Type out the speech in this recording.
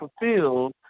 fulfilled